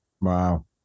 Wow